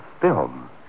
film